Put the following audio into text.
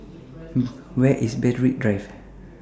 Where IS Berwick Drive